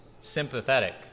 sympathetic